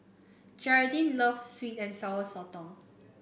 Geralyn love sweet and Sour Sotong